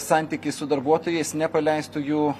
santykį su darbuotojais nepaleistų jų